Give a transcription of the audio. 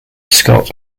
scott